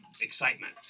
excitement